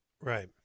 Right